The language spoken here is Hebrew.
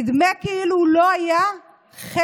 נדמה כאילו הוא לא היה חלק